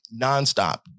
nonstop